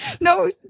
No